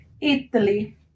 Italy